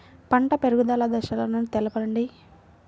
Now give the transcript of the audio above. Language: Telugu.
పంట పెరుగుదల దశలను తెలపండి?